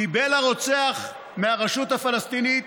קיבל הרוצח מהרשות הפלסטינית